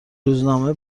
روزنامه